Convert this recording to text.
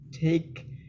take